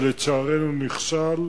שלצערנו נכשל.